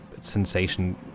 sensation